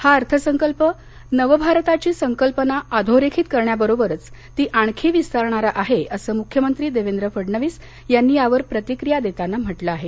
हा अर्थसंकल्प नवभारताची संकल्पना अधोरेखित करण्याबरोबरच ती आणखी विस्तारणारा आहे असं मुख्यमंत्री देवेंद्र फडणवीस यांनी यावर प्रतिक्रिया देताना म्हटलं आहे